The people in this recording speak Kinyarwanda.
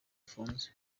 ifunze